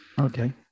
Okay